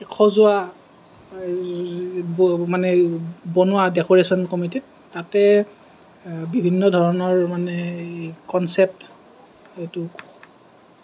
সজোৱা মানে বনোৱা ডেকৰেচন কমিটিত তাতে বিভিন্ন ধৰণৰ মানে এই কনচেপ্ত এইটো